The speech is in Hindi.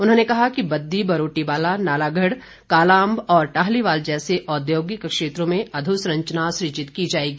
उन्होंने कहा कि बद्दी बरोटीवाला नालागढ़ कालाअंब और टाहलीवाल जैसे औद्योगिक क्षेत्रों में अधोसंरचना सृजित की जाएगी